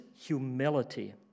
humility